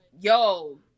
yo